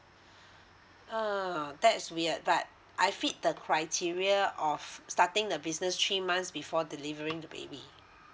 uh that's weird but I feed the criteria of starting the business three months before delivering to baby